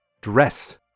dress